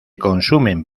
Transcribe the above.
consumen